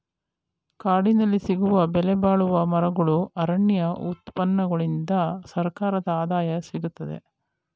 ಕಾಡಿನಲ್ಲಿ ಸಿಗುವ ಬೆಲೆಬಾಳುವ ಮರಗಳು, ಅರಣ್ಯ ಉತ್ಪನ್ನಗಳಿಂದ ಸರ್ಕಾರದ ಆದಾಯ ಸಿಗುತ್ತದೆ